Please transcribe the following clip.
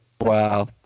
wow